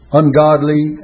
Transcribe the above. ungodly